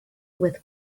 with